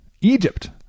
Egypt